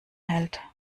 hält